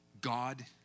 God